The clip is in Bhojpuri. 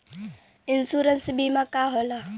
इन्शुरन्स बीमा का होला?